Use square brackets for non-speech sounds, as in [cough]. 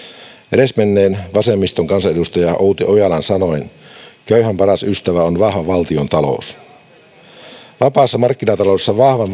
edesmenneen vasemmiston kansanedustajan outi ojalan sanoin köyhän paras ystävä on vahva valtiontalous vapaassa markkinataloudessa vahvan [unintelligible]